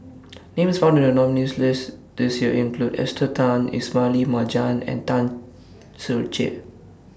Names found in The nominees' list This Year include Esther Tan Ismail Marjan and Tan Ser Cher